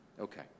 Okay